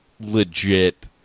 legit